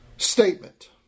statement